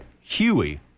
Huey